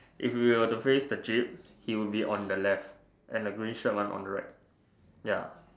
if you were to face the jeep he would be on the left and the green shirt one on the right ya